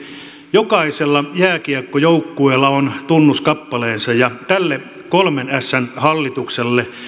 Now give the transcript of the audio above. jokaisella jääkiekkojoukkueella on tunnuskappaleensa ja tälle kolmen ässän hallitukselle